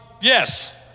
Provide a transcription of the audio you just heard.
Yes